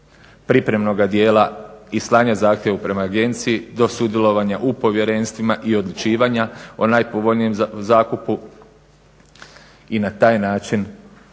pripremnoga dijela i slanja zahtjeva prema Agenciji do sudjelovanja u povjerenstvima i odlučivanja o najpovoljnijem zakupu i na taj način odraditi